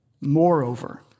Moreover